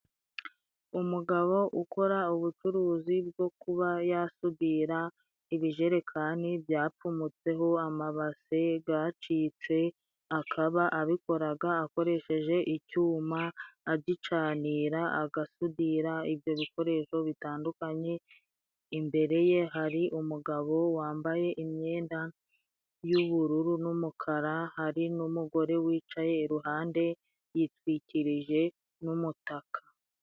Umugabo ukora ubucuruzi bwo kuba yasudira ibijerekani byapfumutseho amabase gacitse, akaba abikoraga akoresheje icyuma agicanira agasudira ibyo bikoresho bitandukanye. Imbere ye hari umugabo wambaye imyenda y'ubururu n'umukara, hari n'umugore wicaye iruhande yitwikirije n'umutaka.